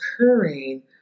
occurring